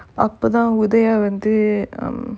அப்பதா:appathaa uthaya வந்து:vanthu um